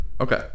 Okay